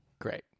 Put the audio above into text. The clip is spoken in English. Great